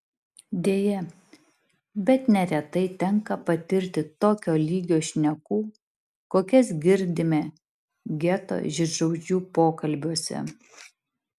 deja bet neretai tenka patirti tokio lygio šnekų kokias girdime geto žydšaudžių pokalbiuose